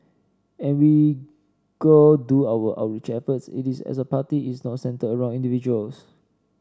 and we go do our outreach efforts it is as a party it's not centred around individuals